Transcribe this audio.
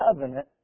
Covenant